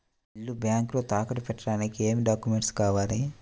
ఇల్లు బ్యాంకులో తాకట్టు పెట్టడానికి ఏమి డాక్యూమెంట్స్ కావాలి?